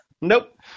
Nope